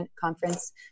conference